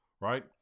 right